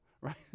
right